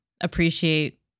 appreciate